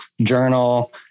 journal